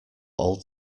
old